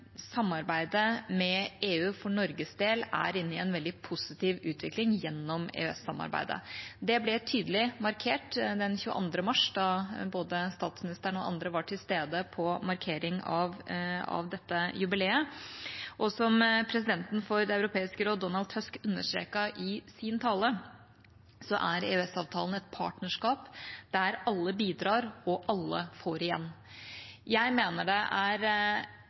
samarbeidet med EU for Norges del er inne i en veldig positiv utvikling gjennom EØS-samarbeidet. Det ble tydelig markert den 22. mars, da både statsministeren og andre var til stede på markering av dette jubileet. Som presidenten for Det europeiske råd, Donald Tusk, understreket i sin tale, er EØS-avtalen et partnerskap der alle bidrar og alle får igjen. Jeg mener det er